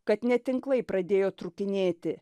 kad net tinklai pradėjo trūkinėti